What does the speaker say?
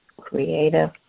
creative